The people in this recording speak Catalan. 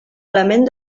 element